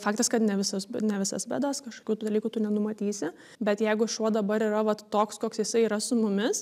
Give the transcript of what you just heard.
faktas kad ne visus ne visas bėdas kažkokių tų dalykų tu nenumatysi bet jeigu šuo dabar yra vat toks koks jisai yra su mumis